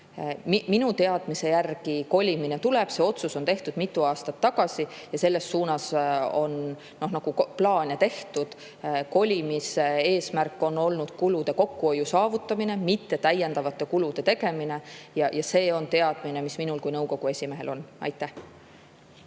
Minu teadmise järgi kolimine tuleb. See otsus on tehtud mitu aastat tagasi ja selles suunas on plaane tehtud. Kolimise eesmärk on olnud kulude kokkuhoiu saavutamine, mitte täiendavate kulude tegemine. See on teadmine, mis minul kui nõukogu esimehel on. Suur